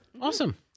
Awesome